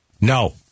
No